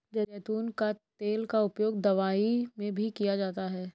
ज़ैतून का तेल का उपयोग दवाई में भी किया जाता है